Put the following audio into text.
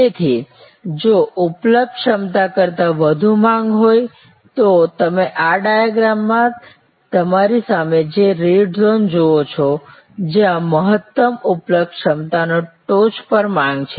તેથી જો ઉપલબ્ધ ક્ષમતા કરતા વધુ માંગ હોય તો તમે આ ડાઈગ્રમ માં તમારી સામે જે રેડ ઝોન જુઓ છો જ્યાં મહત્તમ ઉપલબ્ધ ક્ષમતાની ટોચ પર માંગ છે